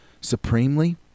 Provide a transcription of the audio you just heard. supremely